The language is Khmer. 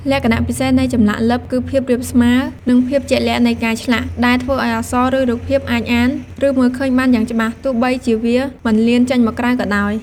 លក្ខណៈពិសេសនៃចម្លាក់លិបគឺភាពរាបស្មើ និងភាពជាក់លាក់នៃការឆ្លាក់ ដែលធ្វើឲ្យអក្សរ ឬរូបភាពអាចអាន ឬមើលឃើញបានយ៉ាងច្បាស់ ទោះបីជាវាមិនលៀនចេញមកក្រៅក៏ដោយ។